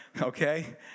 okay